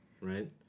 right